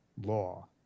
law